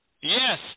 Yes